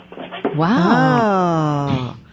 Wow